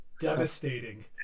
devastating